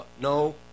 no